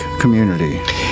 community